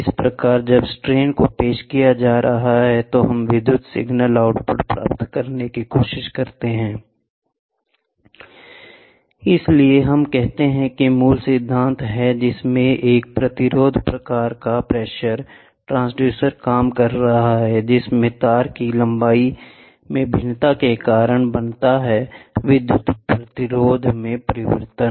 इस प्रकार जब स्ट्रेन को पेश किया जा रहा है तो हम विद्युत सिग्नल आउटपुट प्राप्त करने की कोशिश करते हैं इसलिए हम कहते हैं कि मूल सिद्धांत है जिसमें से एक प्रतिरोध प्रकार का प्रेशर ट्रांसड्यूसर काम कर रहा है जिसमें तार की लंबाई में भिन्नता का कारण बनता है विद्युत प्रतिरोध में परिवर्तन